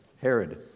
Herod